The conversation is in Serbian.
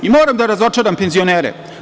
Moram da razočaram penzionere.